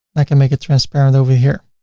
like can make it transparent over here.